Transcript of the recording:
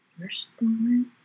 Firstborn